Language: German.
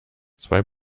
zwei